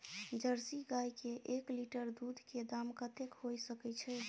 Jersey गाय के एक लीटर दूध के दाम कतेक होय सके छै?